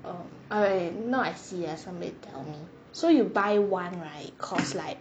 um okay I now I see ah somebody tell me so you buy one right cause like